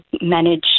manage